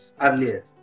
earlier